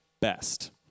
best